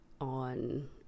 on